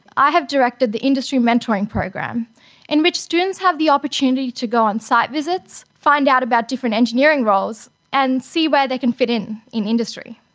i have directed the industry mentoring program in which students have the opportunity to go on site visits, find out about different engineering roles and see where they can fit in in industry.